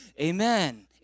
amen